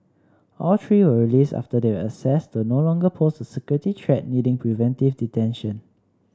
all three were released after they were assessed to no longer pose a security threat needing preventive detention